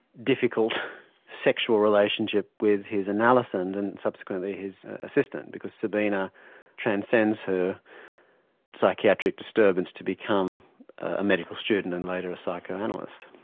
difficult sexual relationship with his analysand and subsequently his assistant, because sabina transcends her psychiatric disturbance to become a medical student and later a psychoanalyst.